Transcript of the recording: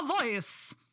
voice